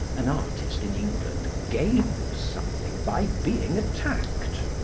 an artist in england gains something by being attacked.